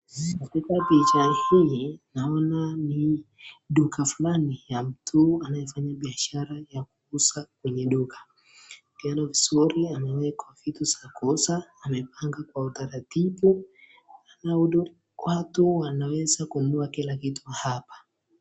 Katika picha hii naona ni duka fulani ya mtu anayefanya biashara ya kuuza kwenye duka tena vizuri yamewekwa vitu za kuuza amepanga Kwa utaratibu ili watu wanaweza kununua kila kitu hapa.